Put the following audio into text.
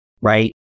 right